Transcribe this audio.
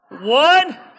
One